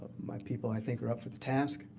my people, i think, are up to the task